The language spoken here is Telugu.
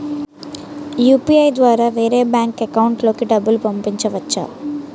యు.పి.ఐ ద్వారా వేరే బ్యాంక్ అకౌంట్ లోకి డబ్బులు పంపించవచ్చా?